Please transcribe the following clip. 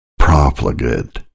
profligate